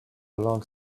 long